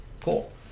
Cool